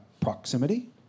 proximity